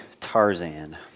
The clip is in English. Tarzan